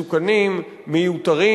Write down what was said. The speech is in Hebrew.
מסוכנים, מיותרים.